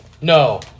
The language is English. No